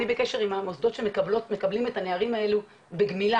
אני בקשר עם המוסדות שמקבלים את הנערים האלו בגמילה,